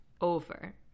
over